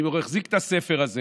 אני מחזיק את הספר הזה